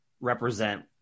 represent